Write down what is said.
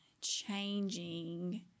changing